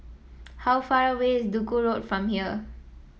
how far away is Duku Road from here